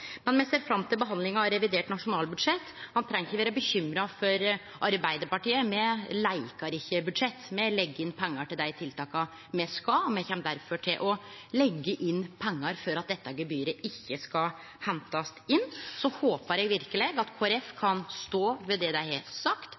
Me ser fram til behandlinga av revidert nasjonalbudsjett. Ein treng ikkje vere bekymra for Arbeidarpartiet – me leikar ikkje budsjett, me legg inn pengar til dei tiltaka me skal, og me kjem derfor til å leggje inn pengar for at dette gebyret ikkje skal hentast inn. Så håpar eg verkeleg at Kristeleg Folkeparti kan stå ved det dei har sagt,